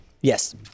Yes